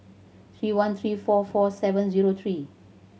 three one three four four seven zero three